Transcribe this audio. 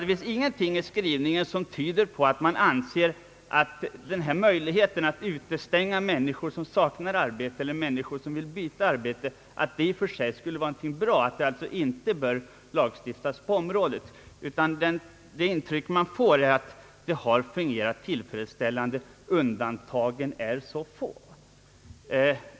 Det fanns ingenting i skrivningen som tyder på att man anser att möjligheten att utestänga människor som saknar arbete eller hindra människor som vill byta arbete skulle vara någonting som är bra och att det alltså i princip inte bör lagstiftas på området. Det intryck man får är att gällande lag har fungerat tillfredsställande. Undantagen är så få.